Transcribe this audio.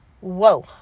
whoa